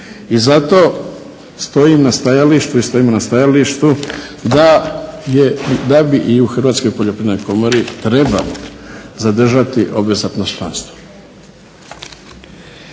I zato stojim na stajalištu i stojimo na stajalištu da bi i u Hrvatskoj poljoprivrednoj komori trebali zadržati obvezatno članstvo.